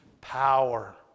power